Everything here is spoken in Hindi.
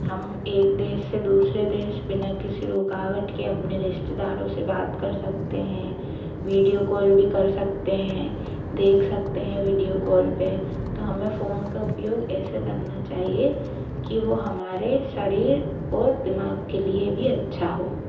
हम एक देश से दूसरे देश बिना किसी रूकावट के अपने रिश्तेदारों से बात कर सकते हैं वीडियो कॉल भी कर सकते हैं देख सकते हैं वीडियो कॉल पर तो हमें फ़ोन का उपयोग ऐसे करना चाहिए कि वो हमारे शरीर और दिमाग़ के लिए भी अच्छा हो